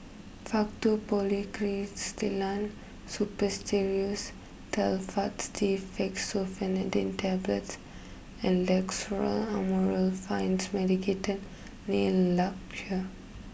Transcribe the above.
Faktu Policresulen Suppositories Telfast D Fexofenadine Tablets and Amorolfine Medicated Nail Lacquer